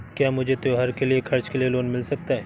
क्या मुझे त्योहार के खर्च के लिए लोन मिल सकता है?